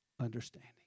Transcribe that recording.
understanding